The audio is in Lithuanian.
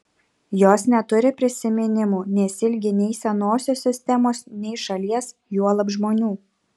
jos neturi prisiminimų nesiilgi nei senosios sistemos nei šalies juolab žmonių